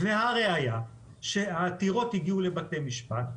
והראיה היא שהעתירות הגיעו לבתי משפט,